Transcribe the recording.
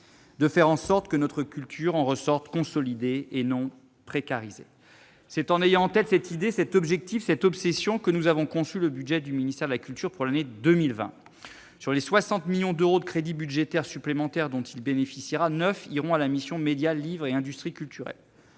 de faire en sorte que notre culture soit consolidée, et non précarisée. C'est en ayant en tête cette idée, cet objectif, cette obsession, que nous avons conçu le budget du ministère de la culture pour l'année 2020. Sur les 60 millions d'euros de crédits budgétaires supplémentaires dont bénéficiera le ministère, 9 millions d'euros iront à la mission « Médias, livre et industries culturelles